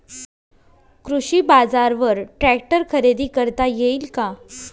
कृषी बाजारवर ट्रॅक्टर खरेदी करता येईल का?